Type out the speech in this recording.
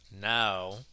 now